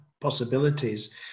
possibilities